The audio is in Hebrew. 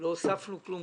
לא הוספנו כלום.